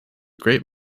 great